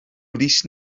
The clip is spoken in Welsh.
brys